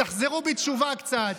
תחזרו בתשובה קצת.